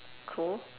cool